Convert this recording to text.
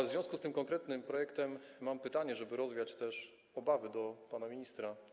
W związku z tym konkretnym projektem mam pytanie, żeby rozwiać obawy, do pana ministra.